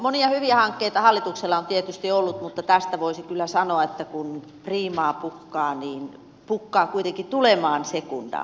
monia hyviä hankkeita hallituksella on tietysti ollut mutta tästä voisi kyllä sanoa että kun priimaa pukkaa niin pukkaa kuitenkin tulemaan sekundaa